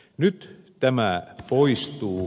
nyt tämä poistuu